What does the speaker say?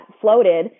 floated